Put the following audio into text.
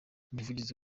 umuvugizi